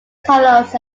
colors